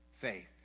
faith